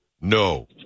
No